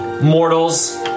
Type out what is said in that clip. mortals